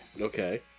Okay